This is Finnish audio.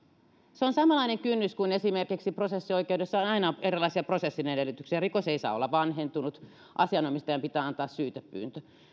se on samanlainen kynnys kuin on esimerkiksi prosessioikeudessa jossa on aina erilaisia prosessin edellytyksiä rikos ei saa olla vanhentunut asianomistajan pitää antaa syytepyyntö